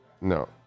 No